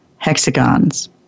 hexagons